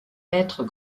mètres